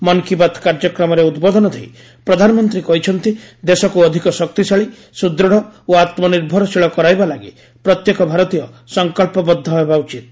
ମନ୍ କି ବାତ୍ କାର୍ଯ୍ୟକ୍ରମରେ ଉଦ୍ବୋଧନ ଦେଇ ପ୍ରଧାନମନ୍ତ୍ରୀ କହିଛନ୍ତି ଦେଶକୁ ଅଧିକ ଶକ୍ତିଶାଳୀ ସୁଦୃଢ଼ ଓ ଆତ୍ମନିର୍ଭରଶୀଳ କରାଇବାଲାଗି ପ୍ରତ୍ୟେକ ଭାରତୀୟ ସଂକଳ୍ପବଦ୍ଧ ହେବା ଉଚିତ୍